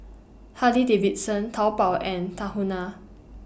Harley Davidson Taobao and Tahuna